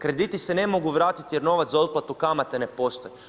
Krediti se ne mogu vratiti jer novac za otplatu kamate ne postoji.